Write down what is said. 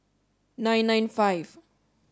nine nine five